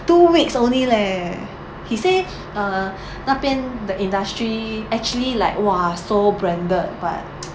two weeks only leh he said err 那边 the industry actually like !wah! so branded but